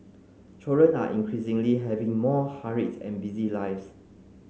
children are increasingly having more hurried and busy lives